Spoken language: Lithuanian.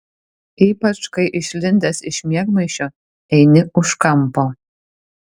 ypač kai išlindęs iš miegmaišio eini už kampo